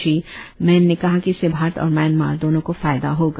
श्री मैन ने कहा कि इससे भारत और म्यांमार दोनों को फायदा होगा